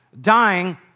dying